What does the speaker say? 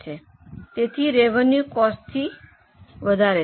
તેથી રેવેન્યુ કોસ્ટથી વધારે છે